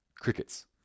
Crickets